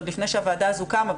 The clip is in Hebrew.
עוד לפני שהוועדה הזו קמה,